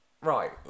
Right